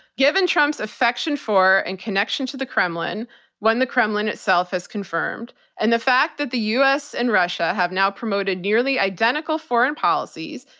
given trump's affection for and connection to the kremlin one the kremlin itself has confirmed and the fact that the us and russia have now promoted nearly identical foreign policies,